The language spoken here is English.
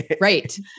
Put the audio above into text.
Right